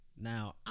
now